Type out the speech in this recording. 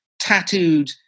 tattooed